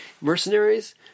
Mercenaries